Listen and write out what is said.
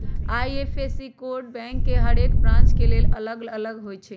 IFSC code bank के हरेक branch के लेल अलग अलग होई छै